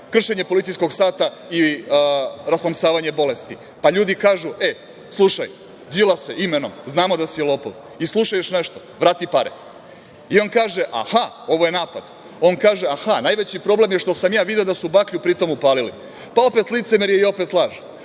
kršenje policijskog sata i rasplamsavanje bolesti. Ljudi kažu, e, slušaj Đilase, imenom, znamo da si lopov i slušaj još nešto, vrati pare. I on kaže – aha, ovo je napad. On kaže – aha, najveći problem je što sam ja video da su baklju pri tome upalili. Pa, opet licemerje i opet